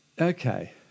okay